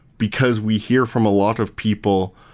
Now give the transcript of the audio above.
because we hear from a lot of people,